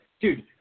Dude